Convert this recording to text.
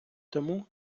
тому